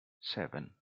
seven